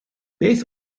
beth